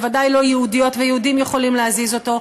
ובוודאי לא יהודיות ויהודים יכולים להזיז אותו.